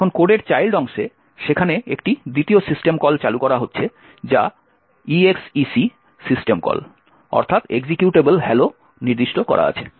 এখন কোডের চাইল্ড অংশে সেখানে একটি দ্বিতীয় সিস্টেম কল চালু করা হচ্ছে যা exec সিস্টেম কল যেখানে এক্সিকিউটেবল hello নির্দিষ্ট করা আছে